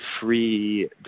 free